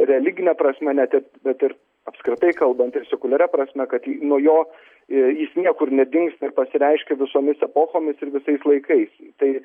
religine prasme net ir net ir apskritai kalbant sukuliaria prasme kad į nuo jos jis niekur nedingsta pasireiškia visomis epochomis ir visais laikais tai